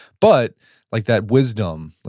but like that wisdom,